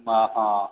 हँ हँ